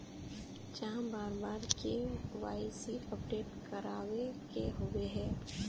चाँह बार बार के.वाई.सी अपडेट करावे के होबे है?